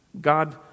God